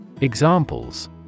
Examples